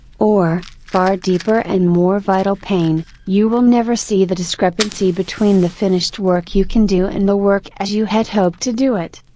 or, far deeper and more vital pain, you will never see the discrepancy between the finished work you can do and the work as you had hoped to do it.